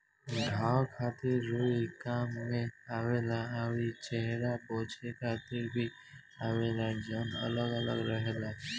घाव खातिर रुई काम में आवेला अउरी चेहरा पोछे खातिर भी आवेला जवन अलग अलग रहेला